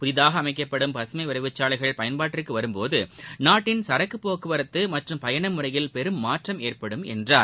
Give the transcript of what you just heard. புதிதாக அமைக்கப்படும் பசுமை விரைவுச்சாலைகள் பயன்பாட்டிற்கு வரும்போது நாட்டின் சரக்கு போக்குவரத்து மற்றும் பயண முறையில் பெரும் மாற்றம் ஏற்படும் என்றார்